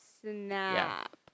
snap